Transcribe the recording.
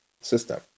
system